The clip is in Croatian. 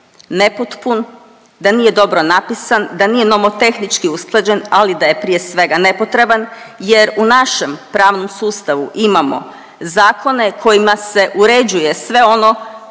nepotpun, da nije dobro napisan, da nije nomotehnički usklađen, ali da je prije svega nepotreban jer u našem pravnom sustavu imamo zakone kojima se uređuje sve ono